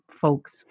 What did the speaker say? folks